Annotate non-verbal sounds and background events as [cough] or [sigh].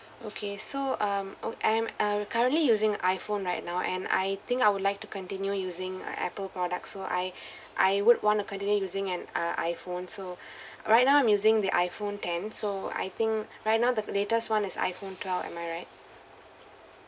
okay so um o~ I'm uh currently using iphone right now and I think I would like to continue using uh apple products so I [breath] I would want to continue using an uh iphone so [breath] right now I'm using the iphone ten so I think right now the latest [one] is iphone twelve am I right